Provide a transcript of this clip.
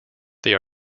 they